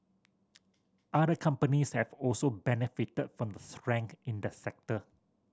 other companies have also benefited from the strength in the sector